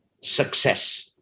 success